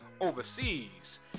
overseas